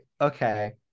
okay